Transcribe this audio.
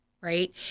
right